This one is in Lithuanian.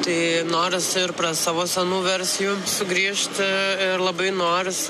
tai norisi ir prie savo senų versijų sugrįžti ir labai norisi